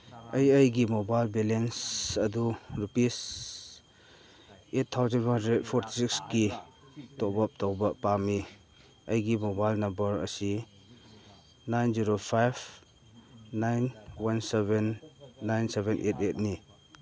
ꯑꯩ ꯑꯩꯒꯤ mobile balance ꯑꯗꯨ rupees eight thousand four hundred forty ꯁꯤꯛꯁꯀꯤ ꯇꯣꯞ ꯑꯞ ꯇꯧꯕ ꯄꯥꯝꯃꯤ ꯑꯩꯒꯤ ꯃꯣꯕꯥꯏꯜ ꯅꯝꯕꯔ ꯑꯁꯤ nine zero five nine one seven nine seven eight ꯑꯦꯠꯅꯤ